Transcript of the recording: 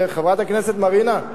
חברת הכנסת מרינה,